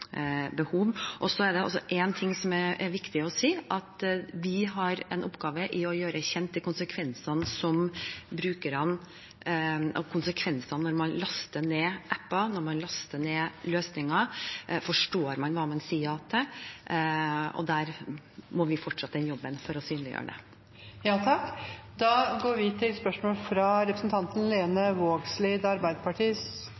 Så er det også én ting som er viktig å si: Vi har en oppgave i å gjøre kjent konsekvensene for brukerne når man laster ned apper, og når man laster ned løsninger. Forstår man hva man sier ja til? Vi må fortsette jobben for å synliggjøre det. Vi går da til spørsmål 4, fra representanten